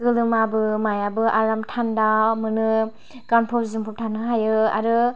गोलोमाबो मायाबो आराम थान्दा मोनो गानफब जोमफब थानो हायो आरो